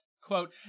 quote